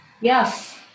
Yes